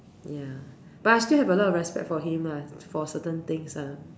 ya but I still have a lot of respect for him lah for certain things lah